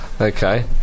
Okay